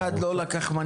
אף אחד לא לקח מנהיגות.